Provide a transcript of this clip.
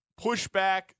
pushback